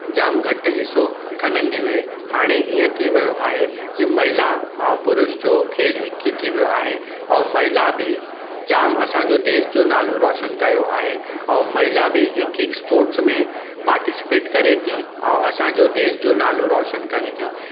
जाम घटि हिस्सो खणंदी हुई हाणे हीअं थी वियो आहे की महिला ऐं पुरुष जो खेल हिक ई थी वियो आहे ऐं महिला बि जाम असांजो देश जो नालो रोशन कयो आहे ऐं महिला बि हिक हिक स्पोर्ट्स में पार्टिसिपेट करे थी ऐं असांजो देश जो नालो रोशन कनि थी